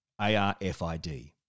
ARFID